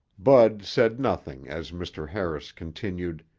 bud said nothing as mr. harris continued,